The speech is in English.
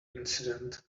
incident